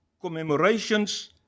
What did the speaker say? commemorations